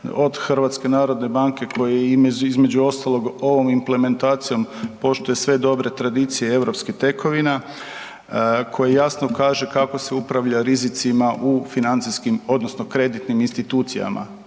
okvira, od HNB-a koja između ostalog ovom implementacijom poštuje sve dobre tradicije europskih tekovina koji jasno kaže kako se upravlja u rizicima u financijskim odnosno kreditnim institucijama.